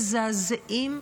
מזעזעים,